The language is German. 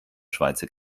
schweizer